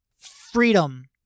freedom